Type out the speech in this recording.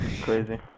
crazy